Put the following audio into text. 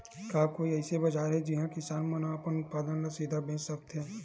का कोई अइसे बाजार हे जिहां किसान मन अपन उत्पादन ला सीधा बेच सकथे?